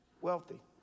wealthy